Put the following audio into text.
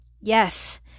Yes